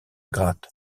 gratte